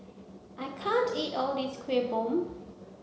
I can't eat all this Kueh Bom